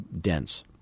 dense